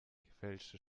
gefälschte